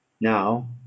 Now